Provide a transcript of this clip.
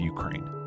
Ukraine